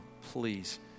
please